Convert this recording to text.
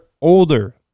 older